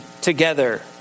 together